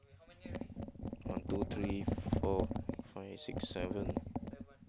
one two three four five six seven